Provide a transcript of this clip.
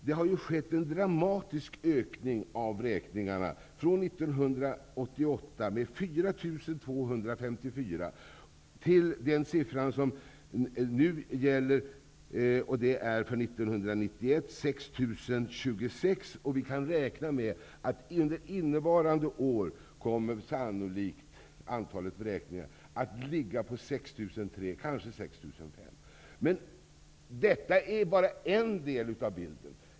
Det har skett en dramatisk ökning av vräkningarna från 4 254 år 1988 till 6 026,den siffra som nu gäller från 1991. Vi kan räkna med att antalet vräkningar innevarande år sannolikt kommer att ligga på 6 300 eller kanske 6 500. Men detta är bara en del av bilden.